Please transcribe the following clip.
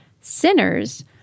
Sinners